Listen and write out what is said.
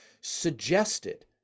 suggested